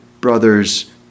brothers